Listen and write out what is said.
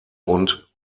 und